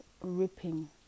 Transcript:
ripping